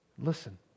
Listen